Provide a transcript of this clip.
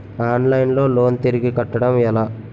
Online లో loan తిరిగి కట్టడం ఎలా?